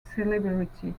celebrity